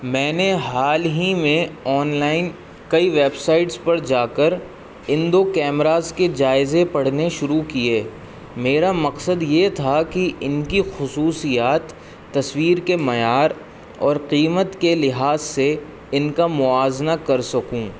میں نے حال ہی میں آن لائن کئی ویب سائٹس پر جا کر ان دو کیمراز کے جائزے پڑھنے شروع کیے میرا مقصد یہ تھا کہ ان کی خصوصیات تصویر کے معیار اور قیمت کے لحاظ سے ان کا موازنہ کر سکوں